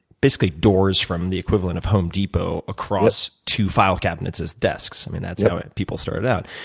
basically doors from the equivalent of home depot across two file cabinets as desks. that's how people started out.